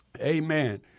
Amen